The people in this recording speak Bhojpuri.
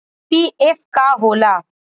पी.एफ का होला?